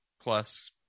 plus-